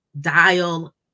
dial